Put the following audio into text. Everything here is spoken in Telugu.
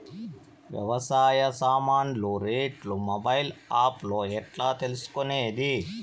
వ్యవసాయ సామాన్లు రేట్లు మొబైల్ ఆప్ లో ఎట్లా తెలుసుకునేది?